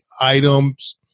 items